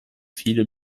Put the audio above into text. viele